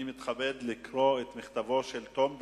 אני מתכבד לקרוא את מכתבו של תום דוד,